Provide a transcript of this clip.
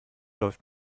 läuft